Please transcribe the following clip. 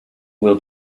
will